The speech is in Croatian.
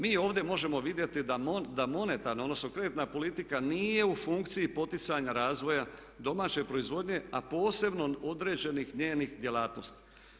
Mi ovdje možemo vidjeti da monetarna, odnosno kreditna politika nije u funkciji poticanja razvoja domaće proizvodnje a posebno određenih njenih djelatnosti.